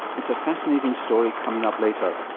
it's a fascinating story coming up later.